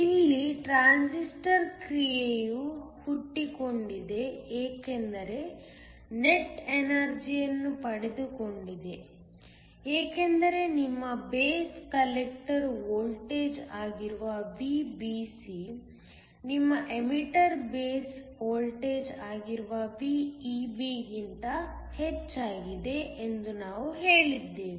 ಇಲ್ಲಿ ಟ್ರಾನ್ಸಿಸ್ಟರ್ ಕ್ರಿಯೆಯು ಹುಟ್ಟಿಕೊಂಡಿದೆ ಏಕೆಂದರೆ ನೆಟ್ ಎನರ್ಜಿಯನ್ನು ಪಡೆದುಕೊಂಡಿದೆ ಏಕೆಂದರೆ ನಿಮ್ಮ ಬೇಸ್ ಕಲೆಕ್ಟರ್ ವೋಲ್ಟೇಜ್ ಆಗಿರುವ VBC ನಿಮ್ಮ ಎಮಿಟರ್ ಬೇಸ್ ವೋಲ್ಟೇಜ್ ಆಗಿರುವ VEB ಗಿಂತ ಹೆಚ್ಚಾಗಿದೆ ಎಂದು ನಾವು ಹೇಳಿದ್ದೇವೆ